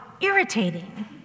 irritating